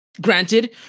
Granted